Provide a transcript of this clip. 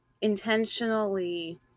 intentionally